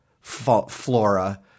flora